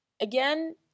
again